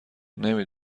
نمی